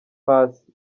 paccy